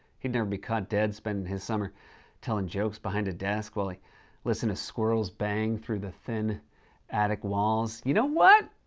he'd never be caught dead spendin' his summer tellin' jokes behind a desk while he listened to squirrels bang through the thin attic walls. you know what!